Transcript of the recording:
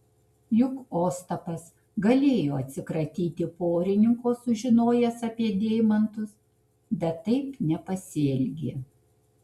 juk ostapas galėjo atsikratyti porininko sužinojęs apie deimantus bet taip nepasielgė